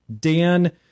Dan